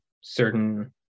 certain